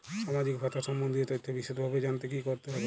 সামাজিক ভাতা সম্বন্ধীয় তথ্য বিষদভাবে জানতে কী করতে হবে?